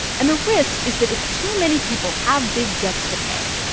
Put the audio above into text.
and the risk is that if too many people have big debts to pay,